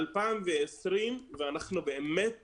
2020 ואנחנו באמת